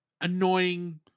annoying